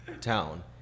town